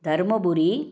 Dharmapuri